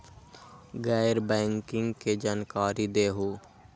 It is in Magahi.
गैर बैंकिंग के जानकारी दिहूँ?